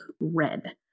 red